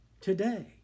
today